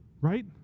right